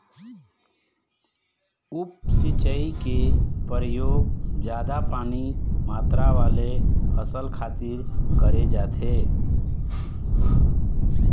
उप सिंचई के परयोग जादा पानी मातरा वाले फसल खातिर करे जाथे